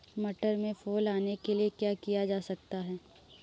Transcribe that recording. मटर में फूल आने के लिए क्या किया जा सकता है?